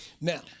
Now